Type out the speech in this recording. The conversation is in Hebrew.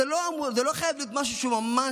זה לא חייב להיות משהו שהוא ממש